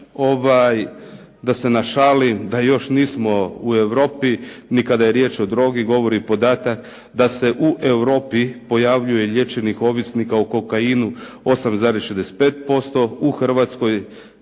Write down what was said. kriza da se našalim, da još nismo u Europi, ni kada je riječ o drogi, govori podatak da se u Europi pojavljuje lječenik ovisnika o kokainu 8,65%, u Hrvatskoj